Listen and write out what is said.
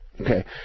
Okay